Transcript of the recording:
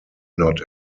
not